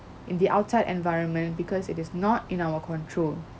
in the outside environment because it is not in our control